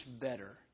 better